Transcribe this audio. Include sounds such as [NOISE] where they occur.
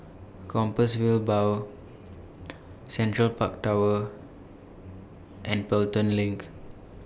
Compassvale Bow [NOISE] Central Park Tower and Pelton LINK